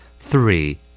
three